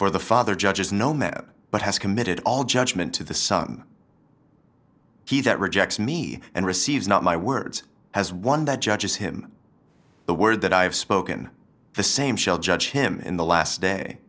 for the father judges no man but has committed all judgment to the son he that rejects me and receives not my words has one that judges him the word that i have spoken the same shall judge him in the last day